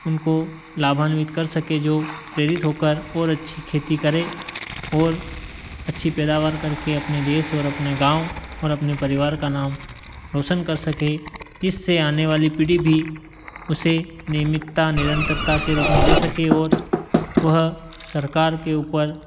उनको लाभान्वित कर सके जो प्रेरित होकर और अच्छी खेती करें और अच्छी पैदावार करके अपने देश और अपने गाँव और अपने परिवार का नाम रौशन कर सकें इससे आने वाली पीढ़ी भी उसे नियमितता निरंतरता के रूप में ले सकें और वह सरकार के ऊपर